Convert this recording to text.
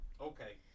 okay